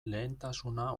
lehentasuna